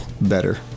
better